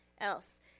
else